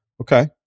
Okay